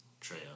Trey